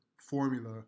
formula